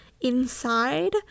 inside